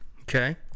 Okay